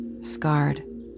Scarred